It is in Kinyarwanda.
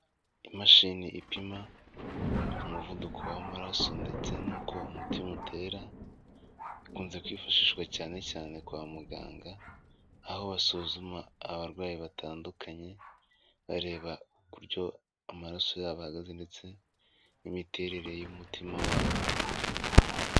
Imashini ipima umuvuduko w'amaraso ndetse n'uko umutima utera, ikunze kwifashishwa cyane cyane kwa muganga, aho basuzuma abarwayi batandukanye, bareba uburyo amaraso yabo ahagaze ndetse n'imiterere y'umutima wabo.